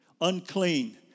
unclean